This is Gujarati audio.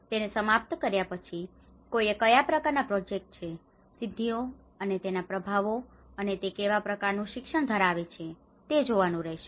તેને સમાપ્ત કર્યા પછી કોઈએ કયા પ્રકારનાં પ્રોજેક્ટ્સ છે સિદ્ધિઓ અને તેના પ્રભાવો અને તે કેવા પ્રકારનું શિક્ષણ ધરાવે છે તે જોવાનું રહેશે